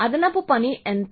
అదనపు పని ఎంత